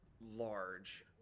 large